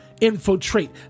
infiltrate